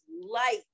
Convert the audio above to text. light